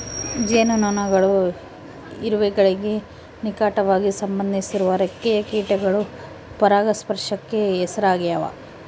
ಜೇನುನೊಣಗಳು ಇರುವೆಗಳಿಗೆ ನಿಕಟವಾಗಿ ಸಂಬಂಧಿಸಿರುವ ರೆಕ್ಕೆಯ ಕೀಟಗಳು ಪರಾಗಸ್ಪರ್ಶಕ್ಕೆ ಹೆಸರಾಗ್ಯಾವ